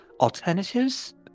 alternatives